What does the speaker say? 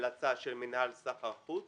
המלצה של מינהל סחר חוץ